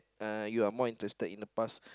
uh you are more interested in the past